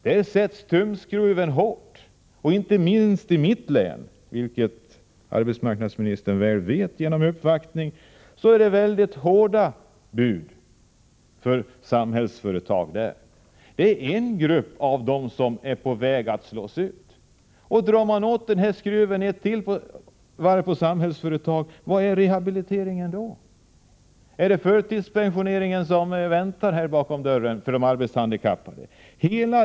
Där dras tumskruven åt inte minst i mitt län, vilket arbetsmarknadsministern väl vet genom den uppvaktning som gjorts. Det är väldigt hårda bud inom Samhällsföretag, och där finner vi en grupp av dem som är på väg att slås ut. Drar man åt skruven ett varv till, var är då rehabiliteringen? Är det förtidspensionering som väntar bakom dörren för de arbetshandikappade?